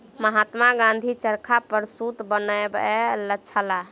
महात्मा गाँधी चरखा पर सूत बनबै छलाह